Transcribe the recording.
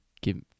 give